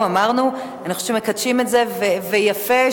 ויפה,